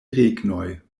regnoj